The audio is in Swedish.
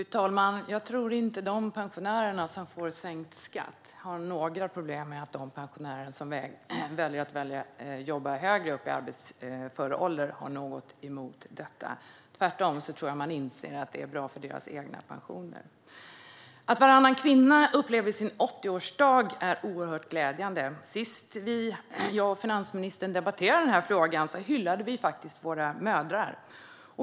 Fru talman! Jag tror inte att de pensionärer som får sänkt skatt har något emot att de pensionärer som väljer det jobbar högre upp i arbetsför ålder. Tvärtom tror jag att man inser att det är bra för den egna pensionen. Att varannan kvinna upplever sin 80-årsdag är oerhört glädjande. Senast jag och finansministern debatterade denna fråga hyllade vi faktiskt våra mödrar.